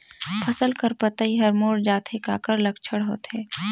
फसल कर पतइ हर मुड़ जाथे काकर लक्षण होथे?